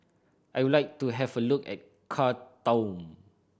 I would like to have a look at Khartoum